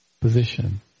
position